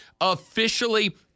officially